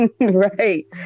Right